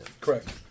Correct